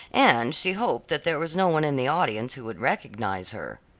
and she hoped that there was no one in the audience who would recognize her.